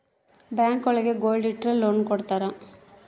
bank ಒಳಗ gold ಇಟ್ರ loan ಕೊಡ್ತಾರ